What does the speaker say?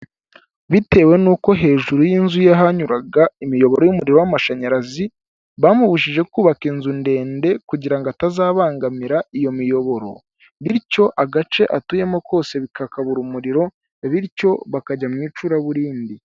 Bitewe nuko hejuru y'inzu ye hanyuraga imiyoboro y'umuriro w'amashanyarazi, bamubujie kubaka inzu ndende kugira ngo atazabangamira iyo miyoboro, bityo agace atuyemo kose kakabura umuririo, bityo bakajya mu icuraburindi.